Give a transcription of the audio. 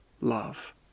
love